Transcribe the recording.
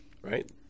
Right